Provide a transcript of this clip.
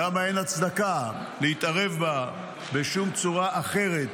ולמה אין הצדקה להתערב בה בשום צורה אחרת,